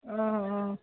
অঁ অঁ